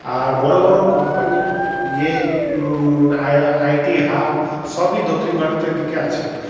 আর বড়ো বড়ো কম্পানি ইয়ে আইটি হাব সবই দক্ষিণ ভারতের দিকে আছে